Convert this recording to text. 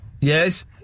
Yes